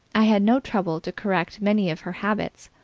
i had no trouble to correct many of her habits,